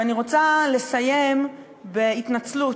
ואני רוצה לסיים בהתנצלות.